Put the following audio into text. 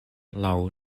laŭ